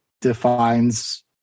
defines